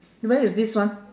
where is this one